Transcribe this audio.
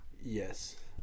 Yes